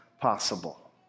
possible